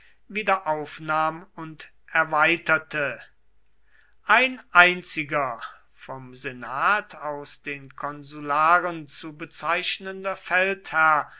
wiederaufnahm und erweiterte ein einziger vom senat aus den konsularen zu bezeichnender